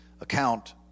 account